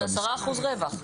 זה 10% רווח.